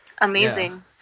amazing